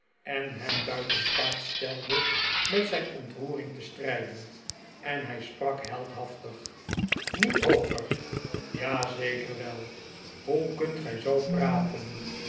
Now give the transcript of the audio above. en hem buiten staat stelde met zijn ontroering te strijden en hij sprak heldhaftig niet hooger ja zeker wel hoe kunt gij zoo praten